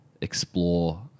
explore